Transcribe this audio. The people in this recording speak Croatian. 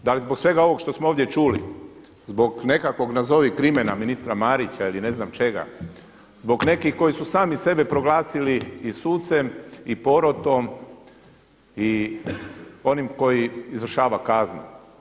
Da li zbog svega ovog što smo ovdje čuli, zbog nekakvog nazovi krimena ministara Marića ili ne znam čega, zbog nekih koji su sami sebe proglasili i sucem i porotom i onim koji izvršava kaznu?